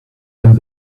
and